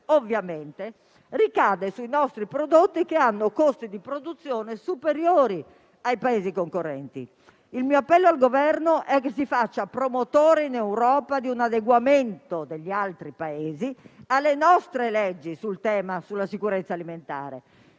ovviamente ricade sui nostri prodotti che hanno costi di produzione superiori ai Paesi concorrenti. Il mio appello al Governo è che si faccia promotore in Europa di un adeguamento degli altri Paesi alle nostre leggi sul tema della sicurezza alimentare.